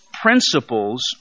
principles